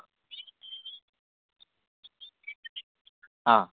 ആ